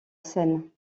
seine